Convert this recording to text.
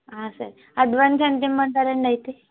సరే అడ్వాన్స్ ఎంత ఇమ్మంటారండి అయితే